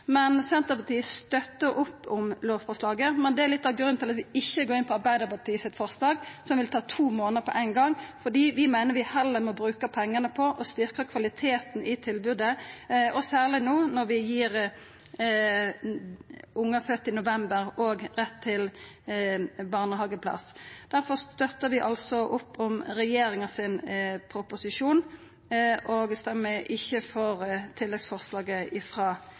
Men Senterpartiet støttar opp om lovforslaget. Litt av grunnen til at vi ikkje går inn på Arbeidarpartiets forslag, som vil ta to månader på ein gang, er at vi meiner vi heller må bruka pengane på å styrkja kvaliteten i tilbodet, og særleg no når vi òg gir ungar fødde i november, rett til barnehageplass. Difor støttar vi altså opp om regjeringas proposisjon og stemmer ikkje for tilleggsforslaget